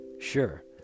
Sure